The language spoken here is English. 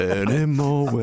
anymore